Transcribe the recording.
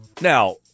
Now